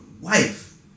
wife